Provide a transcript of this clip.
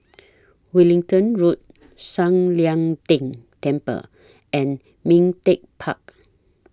Wellington Road San Lian Deng Temple and Ming Teck Park